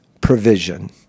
provision